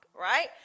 right